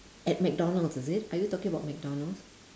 at mcdonald's is it are you talking about mcdonald's